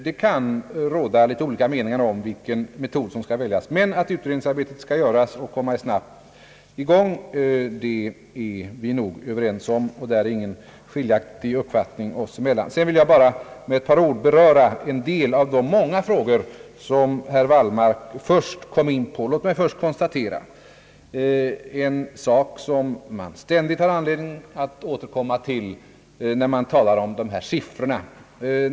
Det kan råda litet olika meningar om vilken metod som skall väljas. Men att utredningsarbetet skall göras och komma snabbt i gång är vi överens om. Jag skall ta upp några av de många frågor som herr Wallmark kom in på. Låt mig först beröra en sak som man ständigt har anledning att återkomma till när det gäller siffrorna över antalet studerande.